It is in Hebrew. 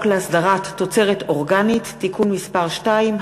להסדרת תוצרת אורגנית (תיקון מס' 2),